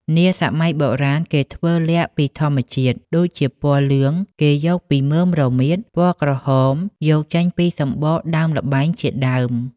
នាសម័យបុរាណ គេធ្វើល័ខពីធម្មជាតិ ដូចជាពណ៌លឿង គេយកពីមើមរមៀត ពណ៌ក្រហមយកចេញពីសំបកដើមល្បែងជាដើម ។